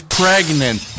pregnant